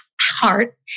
heart